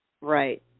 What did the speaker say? Right